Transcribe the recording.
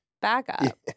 backup